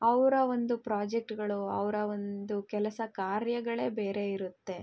ಅವರ ಒಂದು ಪ್ರಾಜೆಕ್ಟುಗಳು ಅವರ ಒಂದು ಕೆಲಸ ಕಾರ್ಯಗಳೇ ಬೇರೆ ಇರುತ್ತೆ